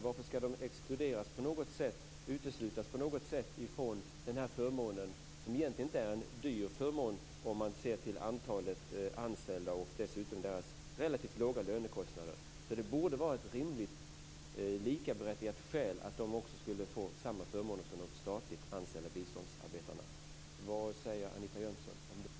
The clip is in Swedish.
Varför ska de exkluderas eller uteslutas på något sätt från den här förmånen, som egentligen inte är en dyr förmån, om man ser till antalet anställda och dessutom deras relativt låga lönekostnader? Det borde vara ett rimligt och likaberättigat skäl att de också skulle få samma förmåner som de statligt anställda biståndsarbetarna. Vad säger Anita Jönsson om det?